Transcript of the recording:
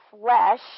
flesh